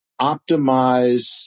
optimize